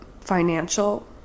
financial